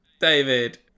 David